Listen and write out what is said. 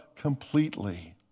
completely